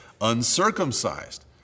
uncircumcised